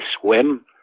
swim